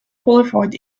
qualified